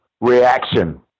reaction